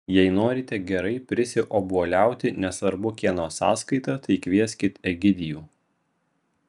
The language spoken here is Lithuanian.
jei norite gerai prisiobuoliauti nesvarbu kieno sąskaita tai kvieskit egidijų